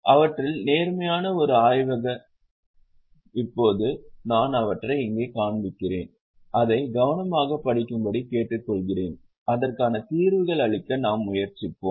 அவற்றில் நேர்மையான ஒரு ஆய்வய் இப்போது நான் அவற்றை இங்கே காண்பிக்கிறேன் அதை கவனமாக படிக்கும்படி கேட்டுக்கொள்கிறேன் அதற்கான தீர்வுகள் அளிக்க நாம் முயற்சிப்போம்